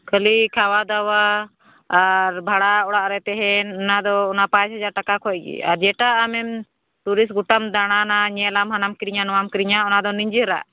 ᱠᱷᱟᱹᱞᱤ ᱠᱷᱟᱣᱟᱼᱫᱟᱣᱟ ᱟᱨ ᱵᱷᱟᱲᱟ ᱚᱲᱟᱜ ᱨᱮ ᱛᱮᱦᱮᱱ ᱚᱱᱟ ᱫᱚ ᱚᱱᱟ ᱯᱟᱸᱪ ᱦᱟᱡᱟᱨ ᱴᱟᱠᱟ ᱠᱷᱚᱱ ᱜᱮ ᱟᱨ ᱡᱮᱴᱟ ᱟᱢᱮᱢ ᱴᱩᱨᱤᱥᱴ ᱜᱚᱴᱟᱢ ᱫᱟᱬᱟᱱᱟ ᱧᱮᱞᱟᱢ ᱦᱟᱱᱟᱢ ᱠᱤᱨᱤᱧᱟ ᱱᱚᱣᱟᱢ ᱠᱤᱨᱤᱧᱟ ᱚᱱᱟ ᱫᱚ ᱱᱤᱡᱮᱨᱟᱜ